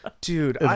Dude